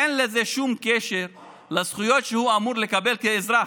אין לזה שום קשר לזכויות שהוא אמור לקבל כאזרח.